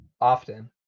Often